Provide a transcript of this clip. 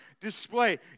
display